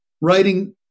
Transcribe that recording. writing